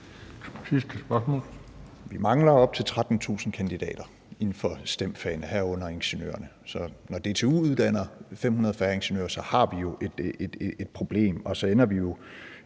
Vi mangler op til 13.000 kandidater inden for STEM-fagene, herunder ingeniørerne. Så når DTU uddanner 500 færre ingeniører, har vi jo et problem, og så ender vi jo